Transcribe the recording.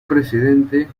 presidente